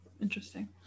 interesting